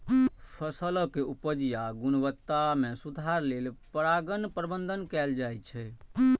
फसलक उपज या गुणवत्ता मे सुधार लेल परागण प्रबंधन कैल जाइ छै